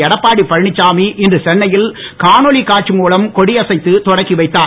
எடப்பாடி பழனிச்சாமி இன்று சென்னையில் காணொளி காட்சி மூலம் கொடியசைத்து தொடக்கி வைத்தார்